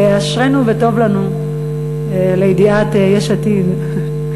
אשרינו וטוב לנו, לידיעת יש עתיד.